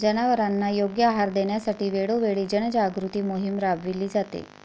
जनावरांना योग्य आहार देण्यासाठी वेळोवेळी जनजागृती मोहीम राबविली जाते